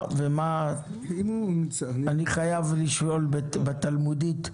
אני חייב לשאול בתלמודית: